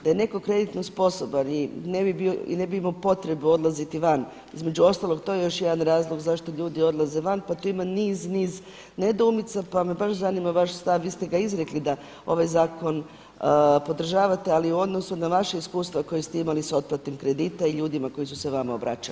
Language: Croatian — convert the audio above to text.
Da je netko kreditno sposoban i ne bi imao potrebe odlaziti van, između ostalog to je još jedan razlog zašto ljudi odlaze van, pa tu ima niz, niz nedoumica pa me baš zanima vaš stav, vi ste ga izrekli da ovaj zakon podržavate ali u odnosu na vaša iskustva koju ste imali sa otplatom kredita i ljudima koji su se vama obračali.